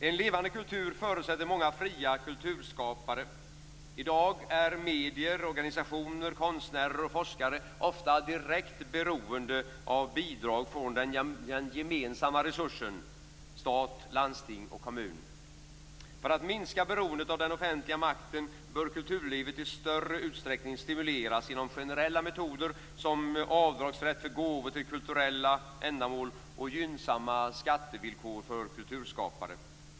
En levande kultur förutsätter många fria kulturskapare. I dag är medier, organisationer, konstnärer och forskare ofta direkt beroende av bidrag från den gemensamma resursen - stat, landsting och kommun. För att minska beroendet av den offentliga makten bör kulturlivet i större utsträckning stimuleras genom generella metoder som avdragsrätt för gåvor till kulturella ändamål och gynnsamma skattevillkor för kulturskapare.